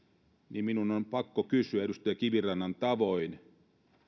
niin minun on pakko kysyä edustaja kivirannan tavoin